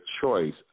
choice